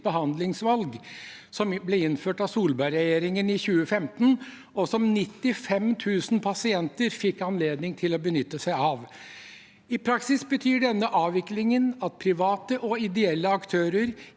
behandlingsvalg, som ble innført av Solberg-regjeringen i 2015, og som 95 000 pasienter fikk anledning til å benytte seg av. I praksis betyr denne avviklingen at private og ideelle aktører